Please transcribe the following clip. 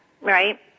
Right